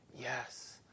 Yes